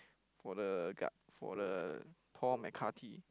for the ga~ for the Paul-McCartey